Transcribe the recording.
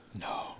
No